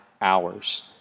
hours